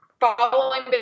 following